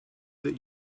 that